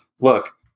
look